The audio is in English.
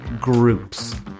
groups